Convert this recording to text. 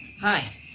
Hi